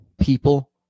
people